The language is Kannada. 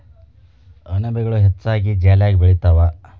ಅಣಬೆಗಳು ಹೆಚ್ಚಾಗಿ ಜಾಲ್ಯಾಗ ಬೆಳಿತಾವ